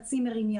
הצימרים,